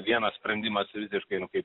vienas sprendimas visiškai nu kaip